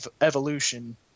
evolution